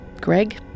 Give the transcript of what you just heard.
Greg